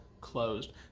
closed